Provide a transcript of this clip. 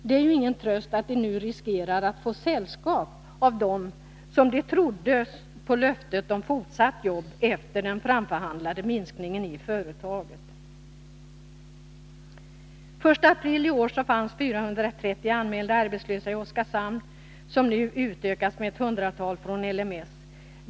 Det är ju ingen tröst att de nu riskerar att få sällskap av dem som trodde på löftet om fortsatt jobb efter den framförhandlade minskningen i företaget. Den 1 april fanns det 430 anmälda arbetslösa i Oskarshamn. Detta antal har utökats med ett hundratal från L M E.